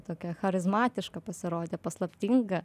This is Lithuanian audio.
tokia charizmatiška pasirodė paslaptinga